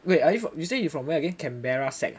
wait are you from you say you from where again Canberra sec ah